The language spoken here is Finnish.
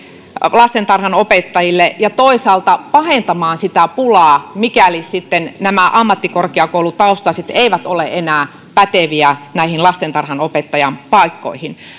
lastentarhanopettajille ja toisaalta pahentamaan sitä pulaa mikäli sitten nämä ammattikorkeakoulu taustaiset eivät ole enää päteviä näihin lastentarhanopettajan paikkoihin